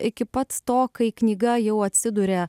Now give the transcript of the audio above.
iki pat to kai knyga jau atsiduria